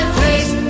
face